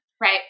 right